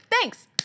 Thanks